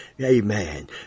Amen